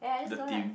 the team